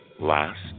Last